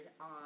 on